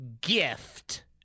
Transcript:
gift